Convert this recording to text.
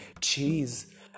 cheese